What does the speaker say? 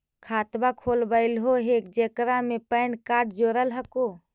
खातवा खोलवैलहो हे जेकरा मे पैन कार्ड जोड़ल हको?